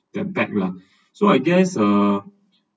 the bag lah so I guess uh